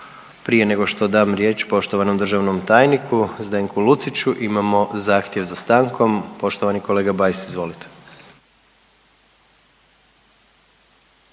Prije nego što dam riječ poštovanom državnom tajniku Zdenku Luciću imamo zahtjev za stankom, poštovani kolega Bajs. Izvolite.